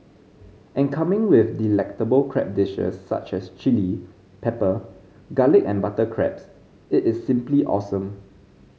and coming with delectable crab dishes such as chilli pepper garlic and butter crabs it is simply awesome